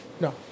No